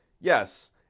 Yes